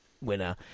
winner